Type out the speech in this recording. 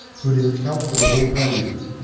to an incalculable value.